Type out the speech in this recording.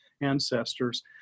ancestors